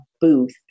booth